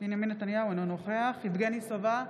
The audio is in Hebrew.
אינו נוכח יבגני סובה,